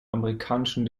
amerikanischen